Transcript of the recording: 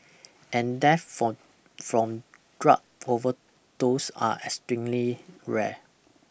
and deaths from from drug overdose are extremely rare